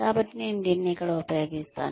కాబట్టి నేను దీన్ని ఇక్కడ ఉపయోగిస్తాను